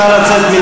תגיד לנו למה.